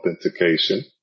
authentication